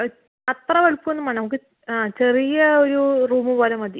ഒരു അത്ര വലിപ്പം ഒന്നും വേണ്ട നമുക്ക് ആ ചെറിയ ഒരു റൂം പോലെ മതി